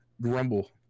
grumble